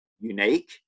unique